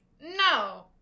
no